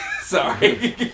Sorry